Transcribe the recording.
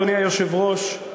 אדוני היושב-ראש,